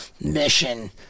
mission